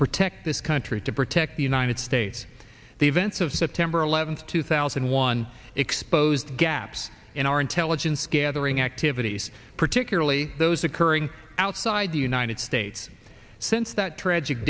protect this country to protect the united states the events of september eleventh two thousand and one exposed gaps in our intelligence gathering activities particularly those occurring outside the united states since that tragic